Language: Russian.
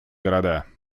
города